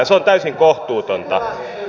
se on täysin kohtuutonta